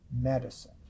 medicine